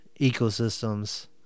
ecosystems